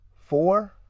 Four